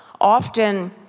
often